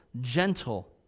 gentle